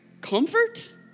comfort